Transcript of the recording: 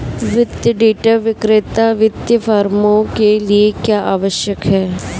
वित्तीय डेटा विक्रेता वित्तीय फर्मों के लिए क्यों आवश्यक है?